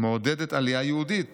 מעודדת עלייה יהודית